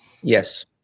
Yes